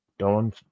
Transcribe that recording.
Dawn